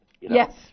Yes